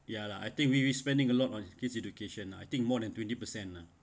ya lah I think we will spending a lot of kids education lah I think more than twenty percent lah